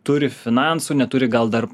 turi finansų neturi gal dar